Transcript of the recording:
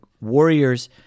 Warriors